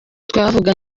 twavuga